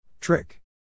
Trick